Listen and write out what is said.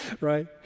right